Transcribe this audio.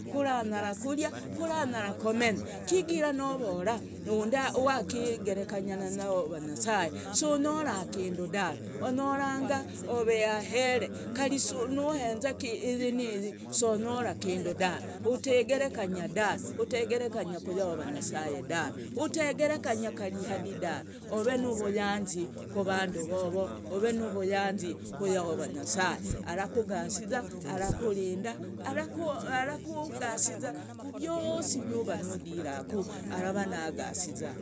Kuri anyara kuria, kuri anyara komenya, kigira novora wakegerekanya na yahova nyasaye si unyora kindu dave. Onyoranga ove ahere, kari nohenza hiyi niyi si unyora kindu dave. Otegerekanya dave, otegerekanya ku yahova nyasaye dave, otegerekanya kari hadi dave. Ove nuvuyanzi kuvandu vovo, ove nuvuyanzi ku yahova nyasaye, arakugasiza, arakurinda. Arakugasiza ku vyosi vyuva nudiraku arava nagasiza